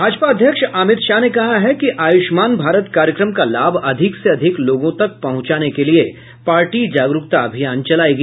भाजपा अध्यक्ष अमित शाह ने कहा है कि आयुषमान भारत कार्यक्रम का लाभ अधिक से अधिक लोगों तक पहुंचाने के लिए पार्टी जागरूकता अभियान चलायेगी